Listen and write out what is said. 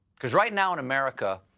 because right now in america,